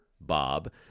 Bob